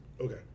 okay